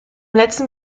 letzten